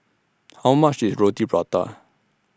How much IS Roti Prata